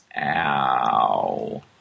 Ow